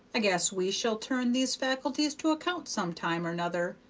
i guess we shall turn these fac'lties to account some time or nother.